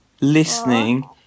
listening